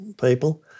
people